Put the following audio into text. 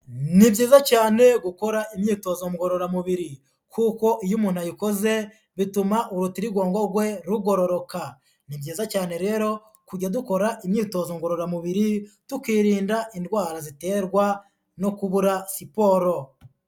Ni byiza cyane gukora imyitozo ngororamubiri kuko iyo umuntu ayikoze, bituma urutirigongo rwe rugororoka, ni byiza cyane rero kujya dukora imyitozo ngororamubiri tukirinda indwara ziterwa no kubura siporo.